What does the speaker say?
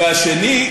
והשני,